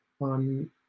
on